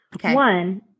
One